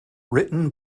written